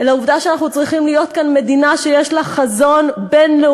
את העובדה שאנחנו צריכים להיות כאן מדינה שיש לה חזון בין-לאומי,